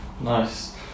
Nice